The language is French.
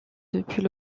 depuis